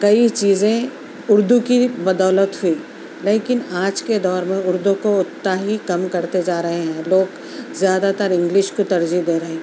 کئی چیزیں اُردو کی بدولت ہوئی لیکن آج کے دور میں اُردو کو اتنا ہی کم کرتے جا رہے ہیں لوگ زیادہ تر انگلش کو ترجیح دے رہے ہیں